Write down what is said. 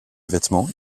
vêtements